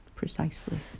precisely